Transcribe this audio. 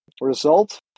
result